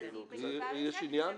יש עניין?